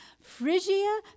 Phrygia